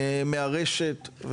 מהרשת,